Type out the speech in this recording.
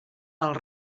els